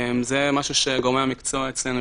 זה משהו שגורמי המקצוע אצלנו,